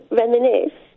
reminisce